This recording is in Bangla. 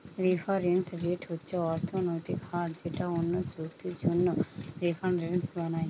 রেফারেন্স রেট হচ্ছে অর্থনৈতিক হার যেটা অন্য চুক্তির জন্যে রেফারেন্স বানায়